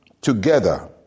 together